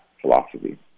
philosophy